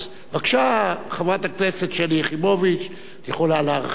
בבקשה, חברת הכנסת שלי יחימוביץ, את יכולה להרחיב.